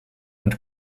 mit